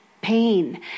pain